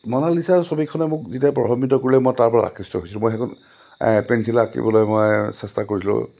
Mona Lisa ছবিখনে মোক যেতিয়া প্ৰভাম্বিত কৰিলে মই তাৰ পৰা আকৃষ্ট হৈছিলোঁ মই সেইখন পেঞ্চিলেৰে আঁকিবলৈ মই চেষ্টা কৰিলোঁ